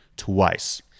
twice